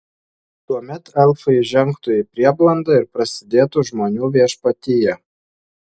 tuomet elfai žengtų į prieblandą ir prasidėtų žmonių viešpatija